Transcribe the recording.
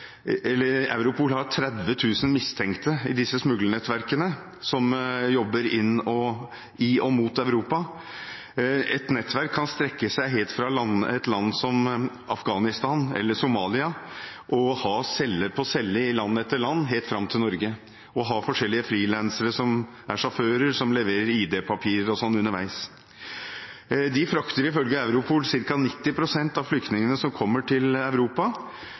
Europol 30 000 mistenkte i smuglernettverkene som jobber i og mot Europa. Ett nettverk kan strekke seg fra land som Afghanistan og Somalia, ha celle på celle i land etter land helt fram til Norge og ha frilansere som er sjåfører, leverer id-papirer, osv. underveis. De frakter ifølge Europol ca. 90 pst. av flyktningene som kommer til Europa.